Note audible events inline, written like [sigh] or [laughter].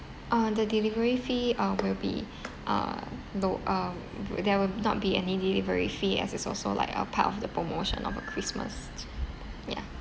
uh the delivery fee uh will be uh low uh [noise] there will not be any delivery fee as it's also like a part of the promotion of uh christmas yeah